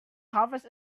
covers